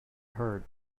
hurt